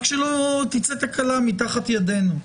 רק שלא תצא תקלה תחת ידינו.